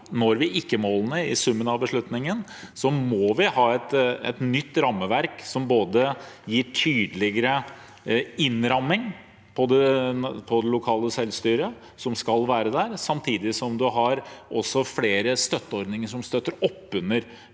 når målene i summen av beslutninger, må vi ha et nytt rammeverk som gir tydeligere innramming for det lokale selvstyret som skal være der, samtidig som en også har flere støtteordninger som støtter opp under